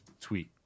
tweet